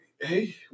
Hey